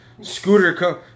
Scooter